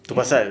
tu pasal